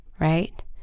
right